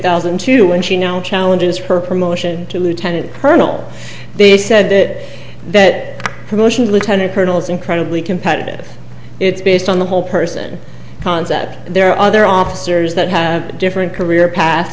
thousand and two when she now challenges her promotion to lieutenant colonel they said that that promotion lieutenant colonel is incredibly competitive it's based on the whole person concept there are other officers that have different career path